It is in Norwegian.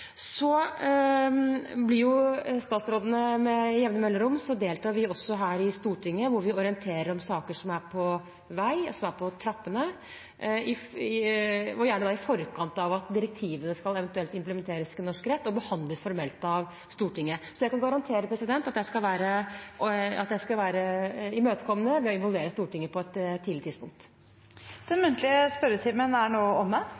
Stortinget, hvor vi orienterer om saker som er på vei, som er på trappene, og gjerne da i forkant av at direktivene eventuelt skal implementeres i norsk rett og behandles formelt av Stortinget. Så jeg kan garantere at jeg skal være imøtekommende ved å involvere Stortinget på et tidlig tidspunkt. Den muntlige spørretimen er nå omme.